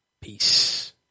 Peace